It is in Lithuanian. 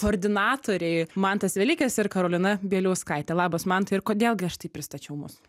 koordinatoriai mantas velykis ir karolina bieliauskaitė labas mantai ir kodėl gi aš taip pristačiau mus